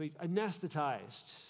anesthetized